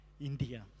India